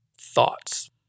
thoughts